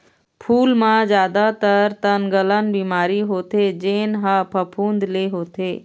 फूल म जादातर तनगलन बिमारी होथे जेन ह फफूंद ले होथे